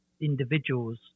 individual's